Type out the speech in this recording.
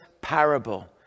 parable